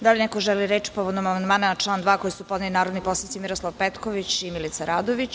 Da li neko želi reč povodom amandmana na član 2. koji su podneli narodni poslanici Miroslav Petković i MilicaRadović?